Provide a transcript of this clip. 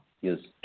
use